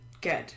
good